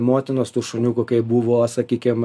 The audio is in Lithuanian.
motinos tų šuniukų kai buvo sakykim